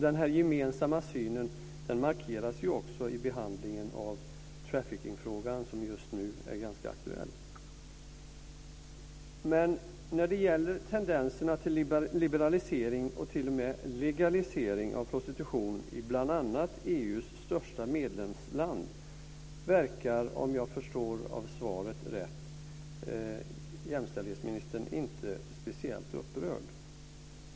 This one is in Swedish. Denna gemensamma syn markeras också i behandlingen av trafficking-frågan, som just nu är ganska aktuell. Men när det gäller tendenserna till liberalisering och t.o.m. legalisering av prostitution i bl.a. EU:s största medlemsland verkar, om jag förstår svaret rätt, jämställdhetsministern inte speciellt upprörd.